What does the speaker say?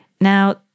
Now